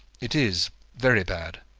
it is very bad,